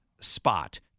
spot